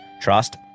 trust